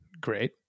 great